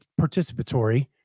participatory